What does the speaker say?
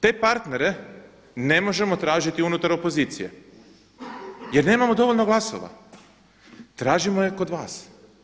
Te partnere ne možemo tražiti unutar opozicije jer nemamo dovoljno glasova, tražimo je kod vas.